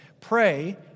Pray